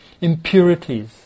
impurities